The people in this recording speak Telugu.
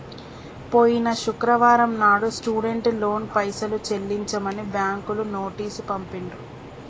పోయిన శుక్రవారం నాడు స్టూడెంట్ లోన్ పైసలు చెల్లించమని బ్యాంకులు నోటీసు పంపిండ్రు